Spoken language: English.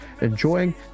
enjoying